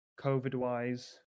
COVID-wise